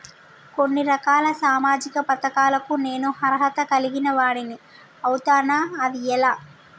కొన్ని రకాల సామాజిక పథకాలకు నేను అర్హత కలిగిన వాడిని అవుతానా? అది ఎలా?